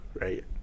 right